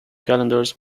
calendars